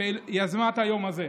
שיזמה את היום הזה.